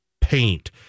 paint